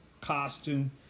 costume